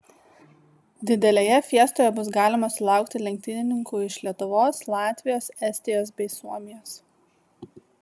didelėje fiestoje bus galima sulaukti lenktynininkų iš lietuvos latvijos estijos bei suomijos